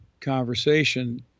conversation